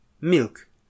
milk